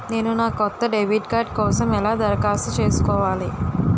నేను నా కొత్త డెబిట్ కార్డ్ కోసం ఎలా దరఖాస్తు చేసుకోవాలి?